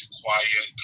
quiet